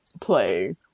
play